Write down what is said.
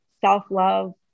self-love